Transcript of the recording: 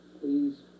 Please